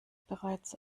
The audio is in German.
bereits